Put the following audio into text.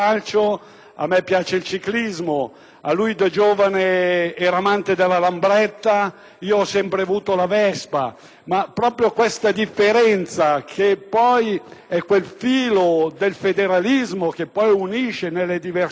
a me il ciclismo; lui da giovane era amante della Lambretta, io ho sempre avuto la Vespa. Ma proprio questa differenza, che poi è quel filo del federalismo che unisce nelle diversità,